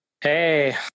Hey